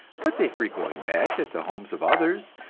but they frequently met at the homes of others,